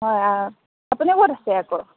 অ আপুনি ক'ত আছে আকৌ